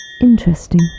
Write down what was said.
Interesting